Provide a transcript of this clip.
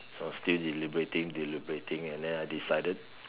so I still deliberating deliberating and then I decided